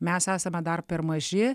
mes esame dar per maži